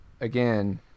again